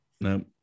no